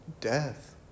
death